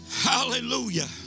Hallelujah